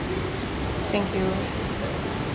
thank you